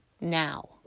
now